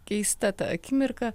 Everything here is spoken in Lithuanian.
keista ta akimirka